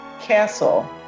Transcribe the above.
castle